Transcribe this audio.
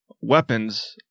weapons